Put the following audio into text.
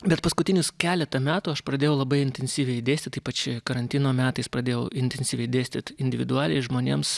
bet paskutinius keletą metų aš pradėjau labai intensyviai dėstyt ypač karantino metais pradėjau intensyviai dėstyt individualiai žmonėms